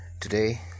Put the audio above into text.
Today